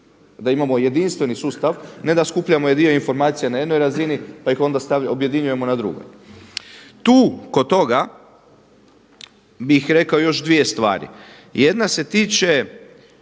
da imamo jedinstveni sustav, ne da skupljamo dio informacija na jednoj razini, pa ih onda objedinjujemo na drugoj. Tu kod toga bih rekao još dvije stvari. Jedna se tiče